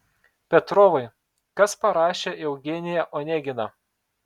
petrovai kas parašė eugeniją oneginą